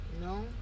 No